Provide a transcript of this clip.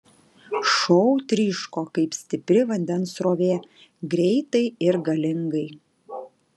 šou tryško kaip stipri vandens srovė greitai ir galingai